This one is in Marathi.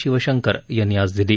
शिवशंकर यांनी आज दिली